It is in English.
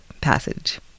passage